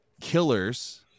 Killers